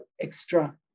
extra